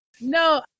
No